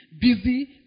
busy